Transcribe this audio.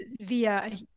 via